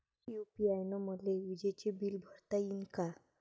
UPI न मले विजेचं बिल भरता यीन का?